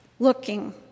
looking